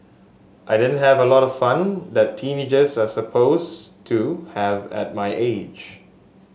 I didn't have a lot of fun that teenagers are supposed to have at my age